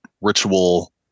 ritual